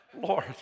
Lord